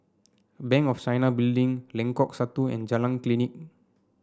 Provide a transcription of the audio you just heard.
Bank of China Building Lengkok Satu and Jalan Klinik